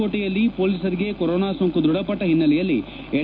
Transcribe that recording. ಕೋಟೆಯಲ್ಲಿ ಪೋಲಿಸರಿಗೆ ಕೊರೊನಾ ಸೋಂಕು ದೃಢಪಟ್ಟ ಹಿನ್ನೆಲೆಯಲ್ಲಿ ಎಚ್